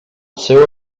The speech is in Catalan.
seu